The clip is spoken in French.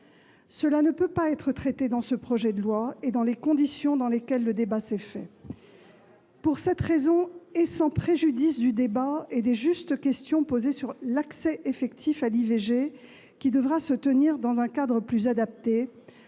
Cela ne peut pas être traité dans ce projet de loi et dans les conditions dans lesquelles le débat s'est déroulé. Très bien ! Pour cette raison et sans préjudice du débat et des justes questions posées sur l'accès effectif à l'IVG, débat qui devra se tenir dans un cadre plus adapté,